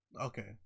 okay